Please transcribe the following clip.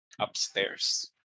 upstairs